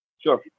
Sure